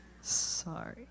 Sorry